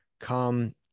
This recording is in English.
come